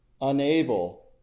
unable